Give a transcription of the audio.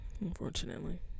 unfortunately